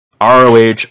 ROH